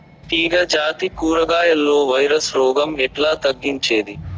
తీగ జాతి కూరగాయల్లో వైరస్ రోగం ఎట్లా తగ్గించేది?